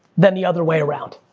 than the other way around,